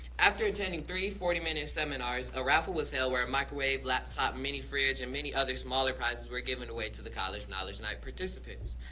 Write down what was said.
after attending three forty minute seminars, a raffle was held where a microwave, laptop, mini fridge, and many other smaller prizes were given away to the college knowledge night participants.